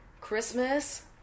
Christmas